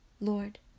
Lord